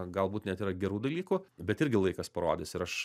galbūt net yra gerų dalykų bet irgi laikas parodys ir aš